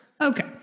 Okay